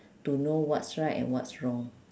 to know what's right and what's wrong